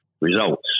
results